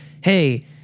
Hey